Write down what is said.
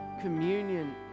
communion